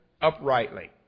uprightly